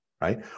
right